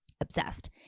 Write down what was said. obsessed